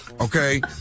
okay